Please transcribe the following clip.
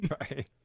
right